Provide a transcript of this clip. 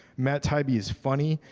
matt taibbi is funny,